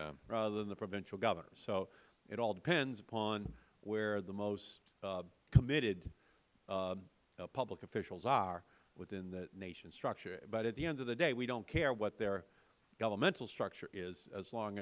it rather than the provincial governors so it all depends upon where the most committed public officials are within the nation's structure but at the end of the day we don't care what their governmental structure is as long